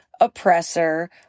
oppressor